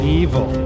evil